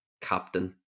captain